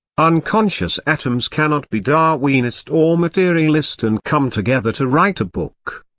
unconscious atoms cannot be darwinist or materialist and come together to write a book.